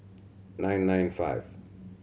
nine nine five